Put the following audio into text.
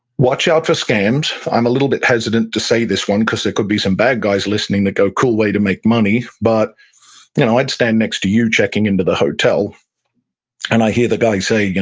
watch out for scams. i'm a little bit hesitant to say this one because there could be some bad guys listening that go, cool way to make money. but you know i stand next to you checking into the hotel and i hear the guy say,